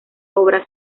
obra